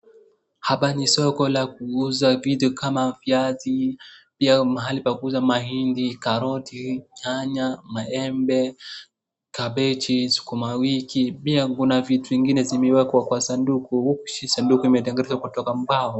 Hapa ni soko la kuuza vitu kama viazi pia mahali pa kuuza mahindi ,karoti ,nyanya, maembe, kabeji, sukuma wiki pia kuna vitu zingine zimepangwa kwa sanduku huku sanduku imetengenezwa kutumia mbao.